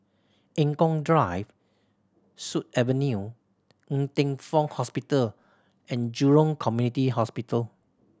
Eng Kong Drive Sut Avenue and Ng Teng Fong Hospital And Jurong Community Hospital